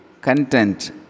content